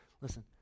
Listen